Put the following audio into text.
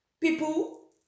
people